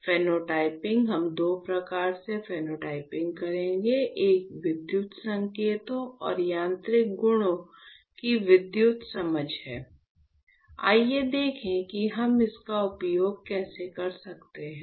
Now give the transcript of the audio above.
phenotyping हम दो प्रकार के फेनोटाइपिंग करेंगे एक विद्युत संकेतों और यांत्रिक गुणों की विद्युत समझ है आइए देखें कि हम इसका उपयोग कैसे कर सकते हैं